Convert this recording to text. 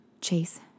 Chase